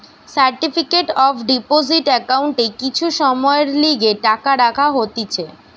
certificate of deposit একাউন্টে কিছু সময়ের লিগে টাকা রাখা হতিছে